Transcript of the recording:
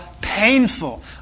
painful